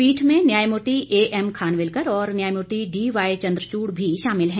पीठ में न्यायमूर्ति ए एम खानविलकर और न्यायमूर्ति डी वाई चन्द्रचूड़ भी शामिल हैं